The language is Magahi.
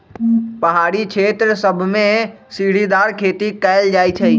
पहारी क्षेत्र सभमें सीढ़ीदार खेती कएल जाइ छइ